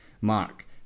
Mark